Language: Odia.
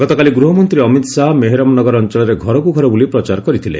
ଗତକାଲି ଗୃହମନ୍ତ୍ରୀ ଅମିତ ଶାହା ମେହେରମ ନଗର ଅଞ୍ଚଳରେ ଘରକୁ ଘର ବୁଲି ପ୍ରଚାର କରିଥିଲେ